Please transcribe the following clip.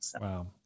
Wow